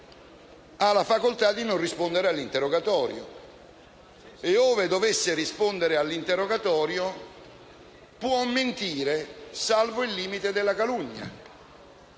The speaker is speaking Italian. ha la facoltà di non rispondere all'interrogatorio e, ove dovesse rispondere, può mentire, salvo il limite della calunnia.